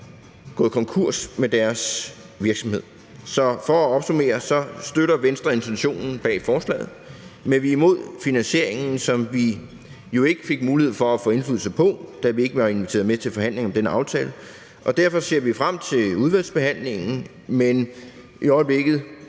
gået konkurs med deres virksomhed. Så for at opsummere støtter Venstre intentionen bag forslaget, men vi er imod finansieringen, som vi jo ikke fik mulighed for at få indflydelse på, da vi ikke var inviteret med til forhandlingerne om denne aftale. Derfor ser vi frem til udvalgsbehandlingen, men som det